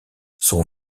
son